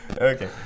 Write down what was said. Okay